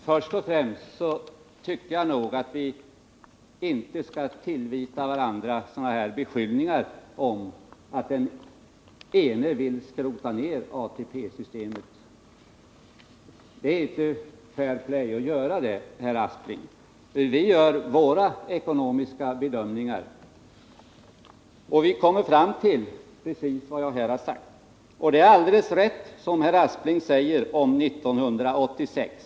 Herr talman! Jag tycker inte vi skall tillvita varandra beskyllningar för att vilja skrota ned ATP-systemet. Det är inte fair play att göra det, herr Aspling. Vi gör våra ekonomiska bedömningar, och vi kommer fram till precis vad jag här har sagt. Det är alldeles riktigt, som herr Aspling säger, om 1986.